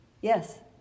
Yes